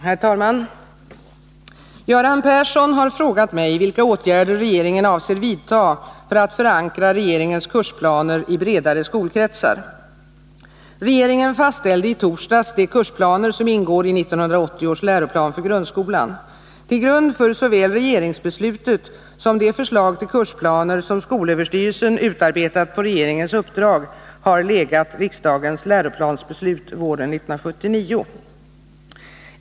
Herr talman! Göran Persson har frågat mig vilka åtgärder regeringen avser vidta för att förankra regeringens kursplaner i bredare skolkretsar. Regeringen fastställde i torsdags de kursplaner som ingår i 1980 års läroplan för grundskolan. Till grund för såväl regeringsbeslutet som det förslag till kursplaner som skolöverstyrelsen utarbetat på regeringens uppdrag har legat riksdagens läroplansbeslut våren 1979.